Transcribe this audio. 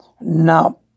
Now